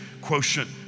quotient